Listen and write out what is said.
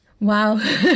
Wow